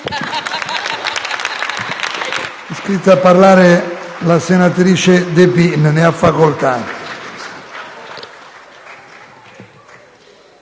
iscritto a parlare la senatrice De Pin. Ne ha facoltà.